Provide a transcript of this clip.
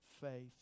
faith